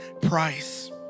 price